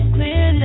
Clear